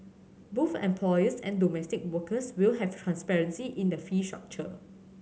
both employers and domestic workers will have transparency in the fee structure